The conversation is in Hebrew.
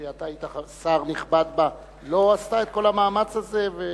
שאתה היית שר נכבד בה, לא עשתה את כל המאמץ הזה?